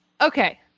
Okay